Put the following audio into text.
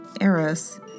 Eros